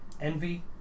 Envy